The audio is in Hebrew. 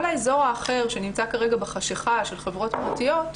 כל האזור האחר שנמצא כרגע בחשיכה של חברות פרטיות,